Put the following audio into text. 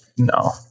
no